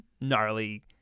gnarly